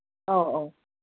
ꯑꯧ ꯑꯧ